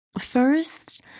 First